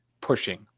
pushing